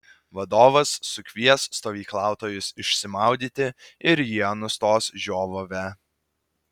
vadovas sukvies stovyklautojus išsimaudyti ir jie nustos žiovavę